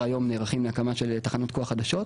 היום נערכים להקמה של תחנות כוח חדשות,